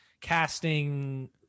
casting